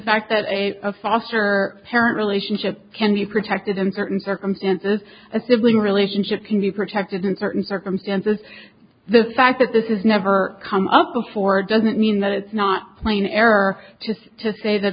fact that a foster parent relationship can be protected in certain circumstances a sibling relationship can be protected in certain circumstances the fact that this is never come up before doesn't mean that it's not plain error to say t